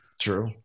True